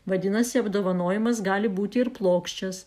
vadinasi apdovanojimas gali būti ir plokščias